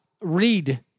read